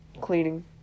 cleaning